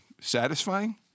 Satisfying